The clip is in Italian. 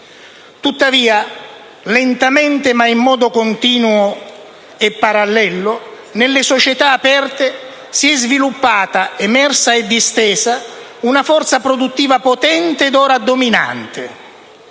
Tuttavia, lentamente, ma in modo continuo e parallelo, nelle società aperte, si è sviluppata, emersa e distesa, una forza produttiva potente ed ora dominante.